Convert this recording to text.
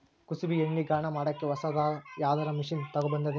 ಕುಸುಬಿ ಎಣ್ಣೆ ಗಾಣಾ ಮಾಡಕ್ಕೆ ಹೊಸಾದ ಯಾವುದರ ಮಷಿನ್ ಬಂದದೆನು?